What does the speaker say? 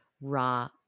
Raw